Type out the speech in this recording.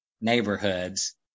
neighborhoods